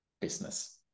business